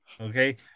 Okay